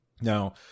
Now